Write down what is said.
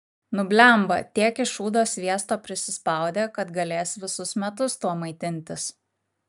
nu blemba tiek iš šūdo sviesto prisispaudė kad galės visus metus tuo maitintis